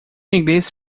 inglês